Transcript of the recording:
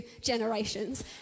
Generations